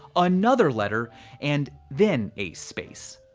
another letter and then a space.